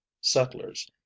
settlers